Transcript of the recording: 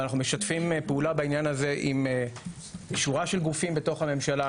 אבל אנחנו משתפים פעולה בעניין הזה עם שורה של גופים בתוך הממשלה,